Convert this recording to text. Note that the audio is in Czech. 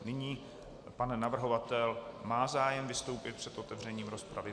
Nyní pan navrhovatel má zájem vystoupit před otevřením dopravy.